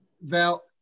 Val